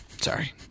Sorry